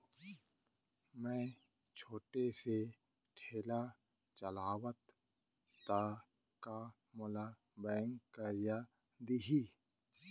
मैं छोटे से ठेला चलाथव त का मोला बैंक करजा दिही?